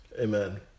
Amen